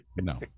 No